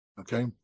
okay